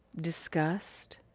disgust